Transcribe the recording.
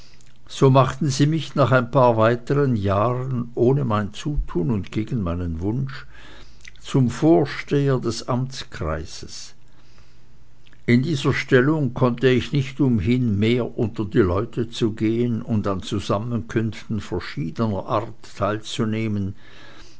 so machten sie mich nach ein paar weiteren jahren ohne mein zutun und gegen meinen wunsch zum vorsteher des amtskreises in dieser stellung konnte ich nicht umhin mehr unter die leute zu gehen und an zusammenkünften verschiedener art teilzunehmen